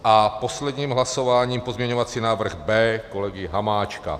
A posledním hlasováním pozměňovací návrh B kolegy Hamáčka.